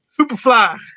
Superfly